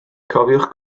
cofiwch